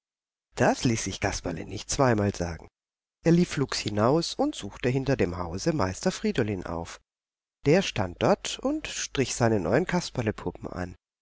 das ließ sich kasperle nicht zweimal sagen er lief flugs hinaus und suchte hinter dem hause meister friedolin auf der stand dort und strich seine neuen kasperlepuppen an